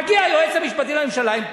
מגיע היועץ המשפטי לממשלה,